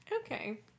okay